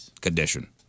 condition